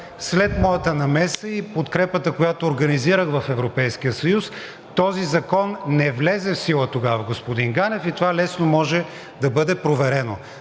След моята намеса и подкрепата, която организирах в Европейския съюз, този закон не влезе в сила тогава, господин Ганев, и това лесно може да бъде проверено.